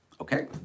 Okay